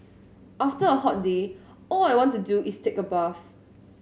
after a hot day all I want to do is take a bath